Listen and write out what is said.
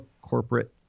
corporate